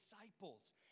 disciples